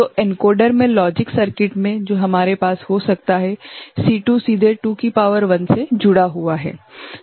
तो एनकोडर मे logic circuit में जो हमारे पास हो सकता है C2 सीधे 2 की शक्ति 1 से जुड़ा हुआ है